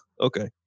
Okay